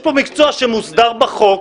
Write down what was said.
יש פה מקצוע שמוסדר בחוק,